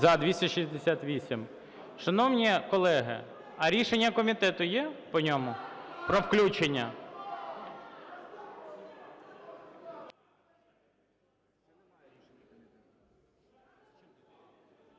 За-268 Шановні колеги, а рішення комітету є по ньому про включення?